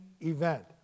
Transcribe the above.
event